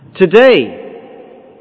Today